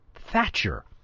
Thatcher